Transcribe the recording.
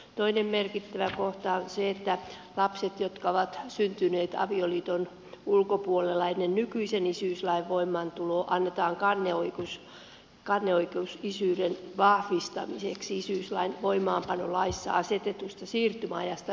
toinen merkittävä kohta on se että lapsille jotka ovat syntyneet avioliiton ulkopuolella ennen nykyisen isyyslain voimaantuloa annetaan kanneoikeus isyyden vahvistamiseksi isyyslain voimaanpanolaissa asetetusta siirtymäajasta riippumatta